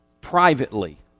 privately